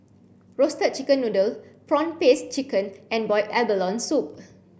roasted chicken noodle prawn paste chicken and boiled abalone soup